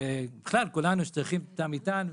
ובכלל, כל מי שצריך תא מטען.